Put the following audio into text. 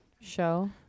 show